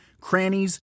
crannies